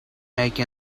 make